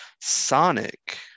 Sonic